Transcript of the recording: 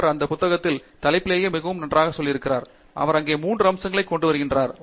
அவர் தனது புத்தகத் தலைப்புலேயே மிகவும் நன்றாக செய்திருக்கிறார் அங்கே அவர் மூன்று அம்சங்களைக் கொண்டு வருகிறார்